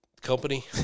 company